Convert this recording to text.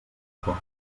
poc